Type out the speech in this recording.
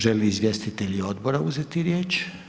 Žele li izvjestitelji odbora uzeti riječ?